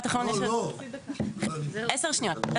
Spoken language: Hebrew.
10 שניות.